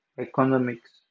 economics